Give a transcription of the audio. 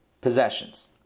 possessions